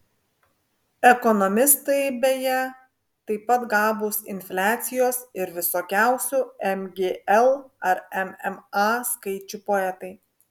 ekonomistai beje taip pat gabūs infliacijos ir visokiausių mgl ar mma skaičių poetai